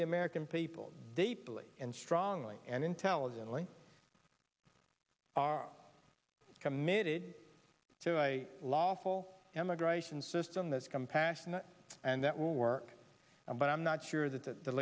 the american people deeply and strongly and intelligently are committed to a lawful immigration system this compassionate and that will work but i'm not sure that the